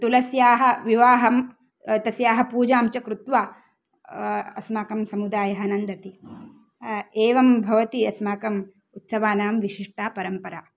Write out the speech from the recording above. तुलस्याः विवाहं तस्याः पूजां च कृत्वा अस्माकं समुदायः नन्दति एवं भवति अस्माकम् उत्सवानां विशिष्टा परम्परा